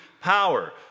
power